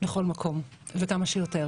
לכל מקום וכמה שיותר.